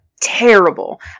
terrible